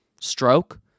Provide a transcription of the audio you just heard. stroke